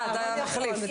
אתה המחליף?